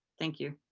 thank you.